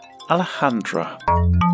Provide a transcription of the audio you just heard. Alejandra